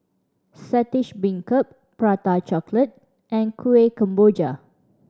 Saltish Beancurd Prata Chocolate and Kuih Kemboja